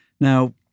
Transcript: Now